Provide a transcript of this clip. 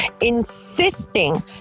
insisting